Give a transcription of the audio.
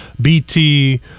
BT